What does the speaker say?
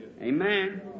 Amen